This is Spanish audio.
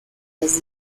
las